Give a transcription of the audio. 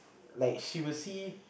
like she will see